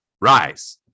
rise